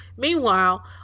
meanwhile